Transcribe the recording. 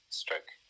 stroke